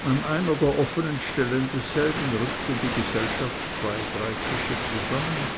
an einer der offenen stellen desselben rückte die gesellschaft zwei drei tische zusammen